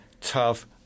tough